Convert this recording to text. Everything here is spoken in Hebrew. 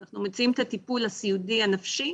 אנחנו מציעים את הטיפול הסיעודי הנפשי